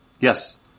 yes